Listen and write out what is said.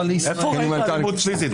איפה ראית אלימות פיזית?